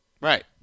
right